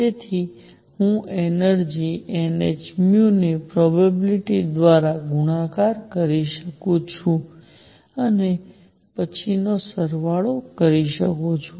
તેથી હું તેની એનર્જિ nhν ની પ્રોબેબિલીટી દ્વારા ગુણાકાર ની ગણતરી કરું છું અને પછી સરવાળો કરું છું